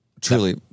truly